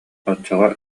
оччоҕо